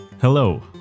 Hello